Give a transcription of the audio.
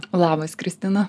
labas kristina